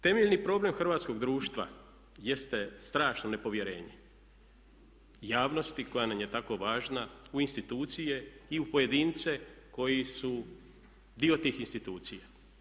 Temeljni problem hrvatskog društva jeste strašno nepovjerenje javnosti koja nam je tako važna u institucije i u pojedince koji su dio tih institucija.